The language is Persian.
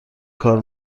کار